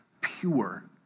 pure